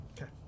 Okay